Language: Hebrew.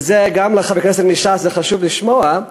וזה גם לחבר הכנסת מש"ס חשוב לשמוע,